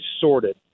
sorted